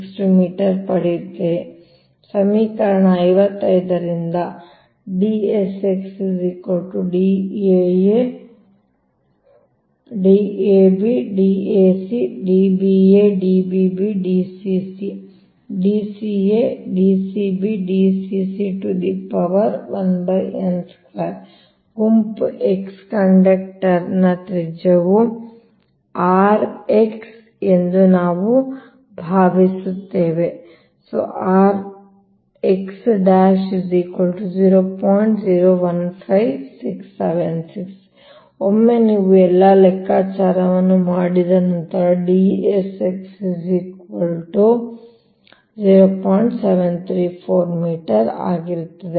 162 metre ಪಡೆಯುತ್ತೀರಿ ಸಮೀಕರಣ 55 ರಿಂದ ಗುಂಪು x ಕಂಡಕ್ಟರ್ ತ್ರಿಜ್ಯವು r x ಎಂದು ನಾವು ಭಾವಿಸುತ್ತೇವೆ ಒಮ್ಮೆ ನೀವು ಈ ಎಲ್ಲಾ ಲೆಕ್ಕಾಚಾರಗಳನ್ನು ಮಾಡಿದ ನಂತರ ಆಗಿರುತ್ತದೆ